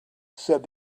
said